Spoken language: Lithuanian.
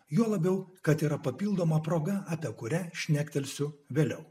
juo labiau kad yra papildoma proga apie kurią šnektelsiu vėliau